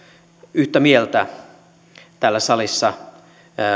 yhtä mieltä täällä salissa